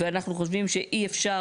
ואנחנו חושבים שאי אפשר,